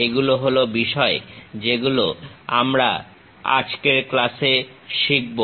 এগুলো হলো বিষয় যেগুলো আমরা আজকের ক্লাসে শিখব